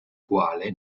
quale